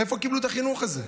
איפה קיבלו את החינוך הזה?